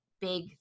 big